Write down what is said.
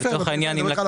אני מדבר איתך על